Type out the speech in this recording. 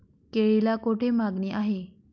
केळीला कोठे मागणी आहे?